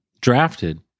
Drafted